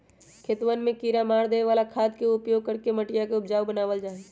खेतवन में किड़ा मारे वाला खाद के उपयोग करके मटिया के उपजाऊ बनावल जाहई